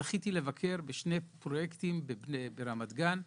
זכיתי לבקר בשני פרויקטים ברמת גן,